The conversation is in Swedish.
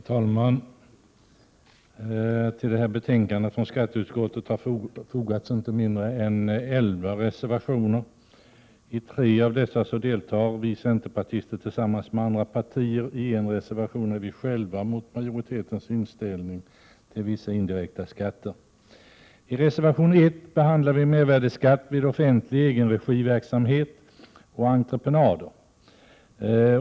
Herr talman! Till det här betänkandet från skatteutskottet har fogats inte mindre än elva reservationer. I tre av dessa deltar vi centerpartister tillsammans med andra partier, i en reservation är vi själva mot majoritetens inställning till vissa indirekta skatter. I reservation 1 behandlar vi mervärdeskatt vid offentlig egenregiverksamhet och entreprenader.